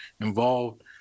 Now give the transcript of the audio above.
involved